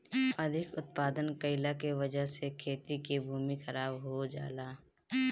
अधिक उत्पादन कइला के वजह से खेती के भूमि खराब हो जाला